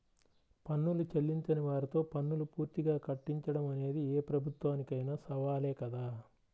పన్నులు చెల్లించని వారితో పన్నులు పూర్తిగా కట్టించడం అనేది ఏ ప్రభుత్వానికైనా సవాలే కదా